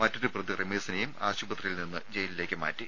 മറ്റൊരു പ്രതി റമീസിനെയും ആശുപത്രിയിൽ നിന്ന് ജയിലിലേക്ക് മാറ്റി